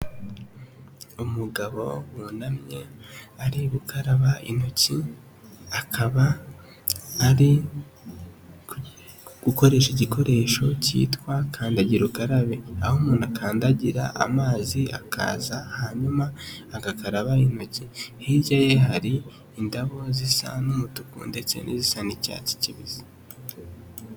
Umugabo wunamye ari gukaraba intoki, akaba ari gukoresha igikoresho cyitwa kandagira ukarabe, aho umuntu akandagira amazi akaza, hanyuma agakaraba intoki, hirya ye hari indabo zisa n'umutuku ndetse n'izisa n'icyatsi kibisi.